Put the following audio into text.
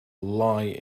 lie